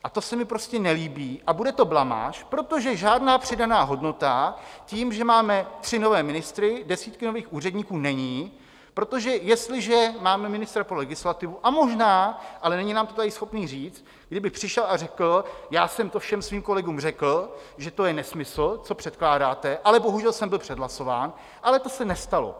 A to se mi prostě nelíbí a bude to blamáž, protože žádná přidaná hodnota tím, že máme tři nové ministry, desítky nových úředníků, není, protože jestliže máme ministra pro legislativu a možná, ale není nám to tady schopný říct, kdyby přišel a řekl: já jsem to všem svým kolegům řekl, že to je nesmysl, co předkládáte, ale bohužel jsem byl přehlasován, ale to se nestalo.